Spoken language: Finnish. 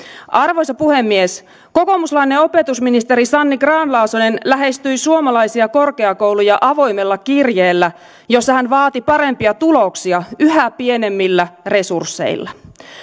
arvoisa puhemies kokoomuslainen opetusministeri sanni grahn laasonen lähestyi suomalaisia korkeakouluja avoimella kirjeellä jossa hän vaati parempia tuloksia yhä pienemmillä resursseilla